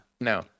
No